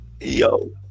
Yo